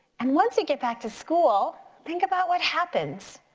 and once you get back to school think about what happens.